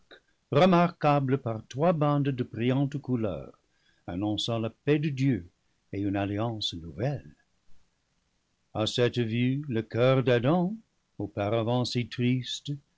remarquable par trois bandes de brillantes couleurs annonçant la paix de dieu et une alliance nouvelle a cette vue le coeur d'adam auparavant si triste